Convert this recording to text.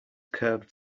curved